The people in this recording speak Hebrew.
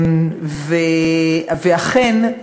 ואכן,